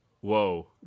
whoa